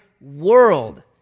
world